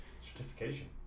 Certification